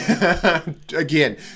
Again